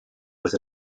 with